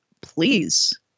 please